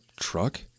truck